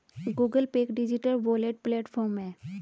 Google Pay एक digital wallet platform है